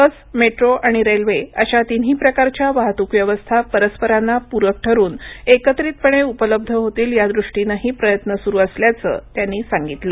bus metro आणि railway अशा तिन्ही प्रकारच्या वाहतूक व्यवस्था परस्परांना पूरक ठरूनएकत्रितपणे उपलब्ध होतील यादृष्टीनेही प्रयत्न सुरू असल्याचंही त्यांनी सांगितलं